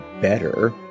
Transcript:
better